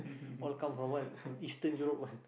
all come from what eastern Europe one